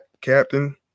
captain